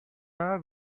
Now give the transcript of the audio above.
are